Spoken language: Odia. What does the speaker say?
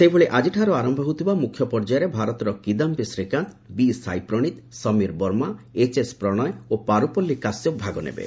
ସେହିଭଳି ଆଜିଠାରୁ ଆରମ୍ଭ ହେଉଥିବା ମୁଖ୍ୟ ପର୍ଯ୍ୟାୟରେ ଭାରତର କିଦାଧି ଶ୍ରୀକାନ୍ତ ବିସାଇପ୍ରଣୀତ ସମୀର ବର୍ମା ଏଚ୍ଏସ୍ ପ୍ରଣୟ ଓ ପାରୁପଲ୍ଲୀ କାଶ୍ୟପ ଭାଗ ନେବେ